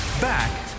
Back